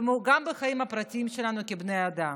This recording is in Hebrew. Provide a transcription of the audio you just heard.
גם בחיים הפרטים שלנו כבני אדם,